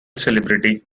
celebrity